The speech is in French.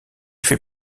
fait